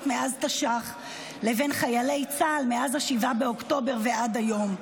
מאז תש"ח לבין חיילי צה"ל מאז 7 באוקטובר ועד היום.